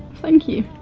thank you.